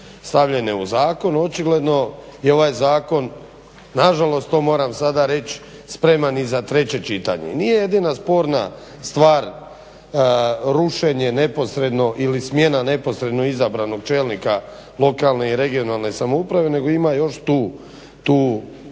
stavljane u zakon očigledno je ovaj zakon nažalost to moram sada reći spreman i za treće čitanje. Nije jedina sporna stvar rušenje neposredno ili smjena neposredno izabranog čelnika lokalne i regionalne samouprave nego ima još tu da